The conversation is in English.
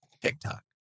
TikTok